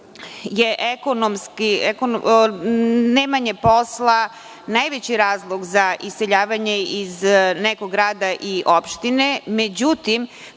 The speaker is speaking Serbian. je nemanje posla najveći razlog za iseljavanje iz nekog grada ili opštine.